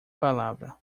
palavra